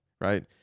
right